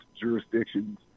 jurisdictions